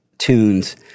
tunes